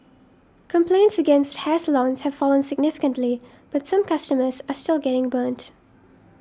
complaints against hair salons have fallen significantly but some customers are still getting burnt